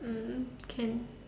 mm can